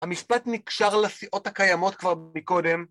‫המשפט נקשר לסיעות הקיימות ‫כבר מקודם.